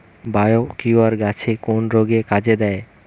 Biocure গাছের কোন রোগে কাজেদেয়?